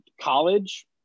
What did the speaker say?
college